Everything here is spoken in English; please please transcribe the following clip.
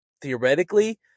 Theoretically